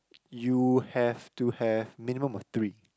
you have to have minimum of three